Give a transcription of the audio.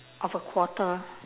of a quarter